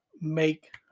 make